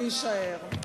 ויישאר.